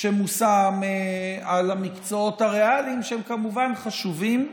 שמושם על המקצועות הריאליים, שהם כמובן חשובים.